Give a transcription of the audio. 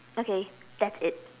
okay that's it